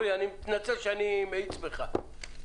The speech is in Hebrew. אני מתנצל שאני מאיץ בך.